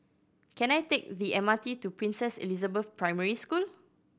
can I take the M R T to Princess Elizabeth Primary School